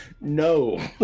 No